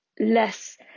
less